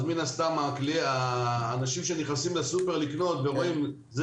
אז מן הסתם אנשים שנכנסים לסופר לקנות ורואים: זה